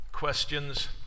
Questions